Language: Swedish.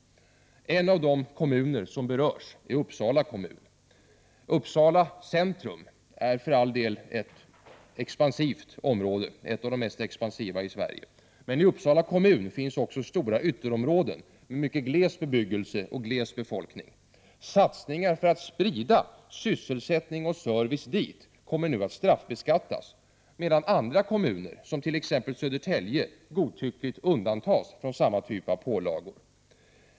En av de kommuner som berörs är Uppsala kommun. Uppsala centrum är för all del ett expansivt område, ett av de mest expansiva i Sverige. Men i Uppsala kommun finns också stora ytterområden med mycket gles bebyggelse och gles befolkning. Satsningar för att sprida sysselsättning och service dit kommer att straffbeskattas, medan andra kommuner, t.ex. Södertälje, godtyckligt undantas från samma typ av pålagor.